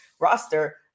roster